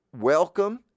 welcome